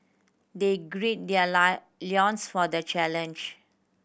they grid their loins for the challenge